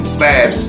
bad